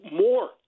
more